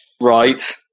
right